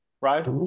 right